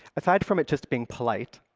aside from it just being polite,